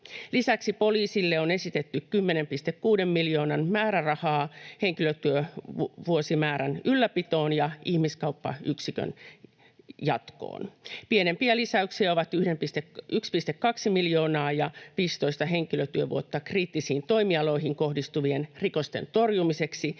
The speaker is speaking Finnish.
Lisäksi poliisille on esitetty 10,6 miljoonan määrärahaa henkilötyövuosimäärän ylläpitoon ja ihmiskauppayksikön jatkoon. Pienempiä lisäyksiä ovat 1,2 miljoonaa euroa ja 15 henkilötyövuotta kriittisiin toimialoihin kohdistuvien rikosten torjumiseksi